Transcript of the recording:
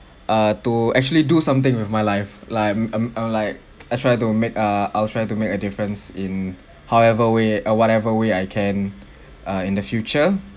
err to actually do something with my life like I'm I'm like I try to make uh I'll try to make a difference in however way or whatever way I can uh in the future